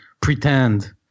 pretend